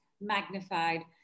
magnified